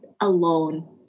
alone